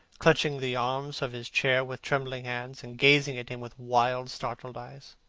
clutching the arms of his chair with trembling hands and gazing at him with wild startled eyes.